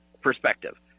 perspective